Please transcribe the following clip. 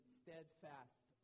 steadfast